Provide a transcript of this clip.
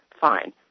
fine